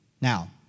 Now